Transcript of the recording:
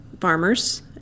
farmers